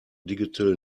digital